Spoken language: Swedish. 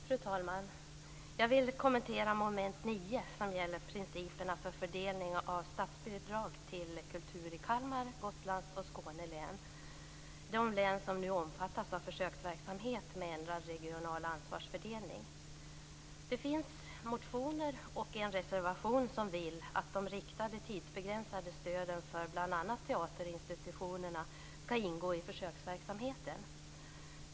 Fru talman! Jag vill kommentera mom. 9, som gäller principerna för fördelning av statsbidrag till kultur i Kalmar, Gotlands och Skåne län - de län som nu omfattas av försöksverksamhet med ändrad regional ansvarsfördelning. Det finns motioner och en reservation där man vill att de riktade, tidsbegränsade stöden för bl.a. teaterinstitutionerna skall ingå i försöksverksamheten.